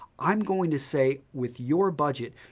i'm going to say with your budget,